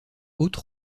haute